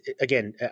again